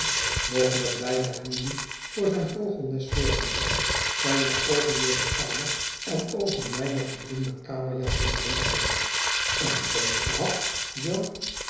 nog met beide handen voor zijn vogelnest zorgende zijne oogen door de kamer en over mijne gebloemde kamerjapon rondgaan een bons gehad